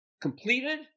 completed